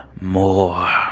more